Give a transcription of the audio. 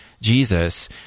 Jesus